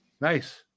Nice